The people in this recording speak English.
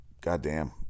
goddamn